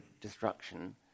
destruction